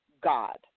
God